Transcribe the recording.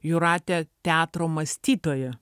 jūratę teatro mąstytoja